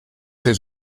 his